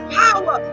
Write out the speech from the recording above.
power